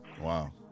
Wow